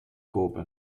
kopen